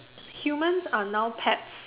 humans are now pets